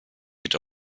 mit